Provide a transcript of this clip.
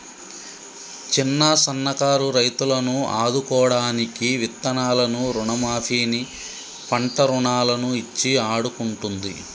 చిన్న సన్న కారు రైతులను ఆదుకోడానికి విత్తనాలను రుణ మాఫీ ని, పంట రుణాలను ఇచ్చి ఆడుకుంటుంది